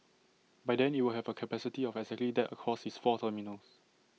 by then IT will have A capacity of exactly that across its four terminals